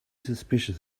suspicious